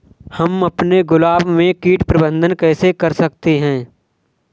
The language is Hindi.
हम अपने गुलाब में कीट प्रबंधन कैसे कर सकते है?